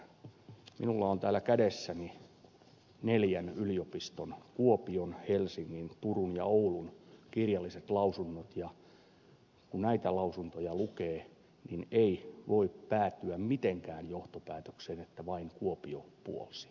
minulla on täällä kädessäni neljän yliopiston kuopion helsingin turun ja oulun kirjalliset lausunnot ja kun näitä lausuntoja lukee niin ei voi päätyä mitenkään johtopäätökseen että vain kuopio puolsi